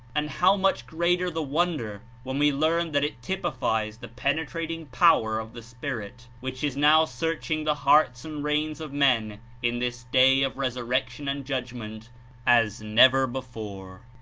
and how much greater the wonder when we learn that it typifies the penetrating power of the spirit, which is now search ing the hearts and reins of men in this day of resur rection and judgment as never before.